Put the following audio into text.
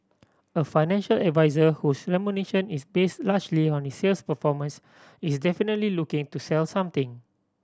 a financial advisor whose remuneration is based largely on his sales performance is definitely looking to sell something